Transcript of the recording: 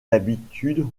d’habitude